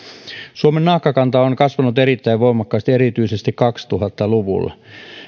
suomen naakkakanta on kasvanut erittäin voimakkaasti erityisesti kaksituhatta luvulla